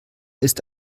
ist